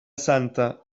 santa